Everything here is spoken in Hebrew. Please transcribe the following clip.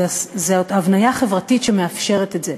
זאת הבניה חברתית שמאפשרת את זה.